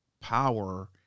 power